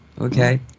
okay